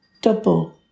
Double